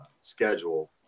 schedule